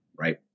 right